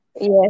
yes